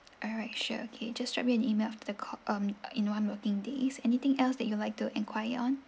alright sure okay just drop you an email after the ca~ um in one working days anything else that you'd like to enquire on